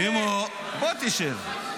סימון, בוא תשב.